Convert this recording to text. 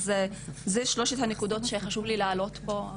אלה שלוש הנקודות שחשוב לי להעלות פה.